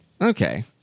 Okay